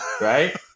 right